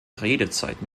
redezeit